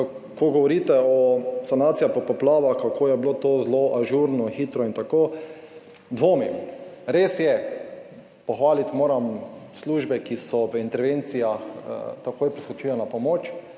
Ko govorite o sanaciji po poplavah, kako je bilo to zelo ažurno, hitro in tako, dvomim. Res je, pohvaliti moram službe, ki so v intervencijah takoj priskočijo na pomoč,